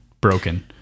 broken